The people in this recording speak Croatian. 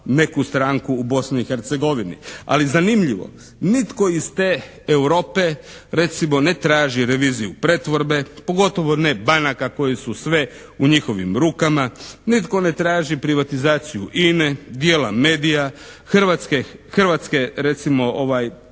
neku stranku u Bosni i Hercegovini. Ali zanimljivo, nitko iz te Europe recimo ne traži reviziju pretvorbe, pogotovo ne banaka koje su sve u njihovim rukama, nitko ne traži privatizaciju INA-e, dijela medija, Hrvatske recimo